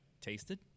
tasted